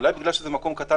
אולי בגלל שזה מקום קטן,